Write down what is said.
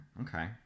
okay